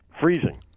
freezing